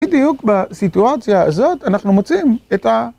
בדיוק בסיטואציה הזאת אנחנו מוצאים את ה...